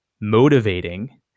motivating